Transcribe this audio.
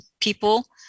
people